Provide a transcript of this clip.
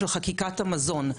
של חקיקת המזון.